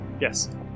Yes